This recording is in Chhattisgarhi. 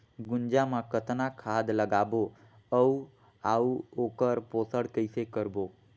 गुनजा मा कतना खाद लगाबो अउ आऊ ओकर पोषण कइसे करबो?